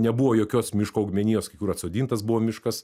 nebuvo jokios miško augmenijos kai kur atsodintas buvo miškas